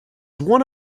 one